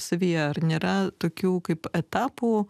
savyje ar nėra tokių kaip etapų